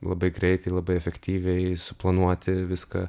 labai greitai labai efektyviai suplanuoti viską